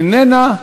איננה,